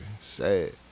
Sad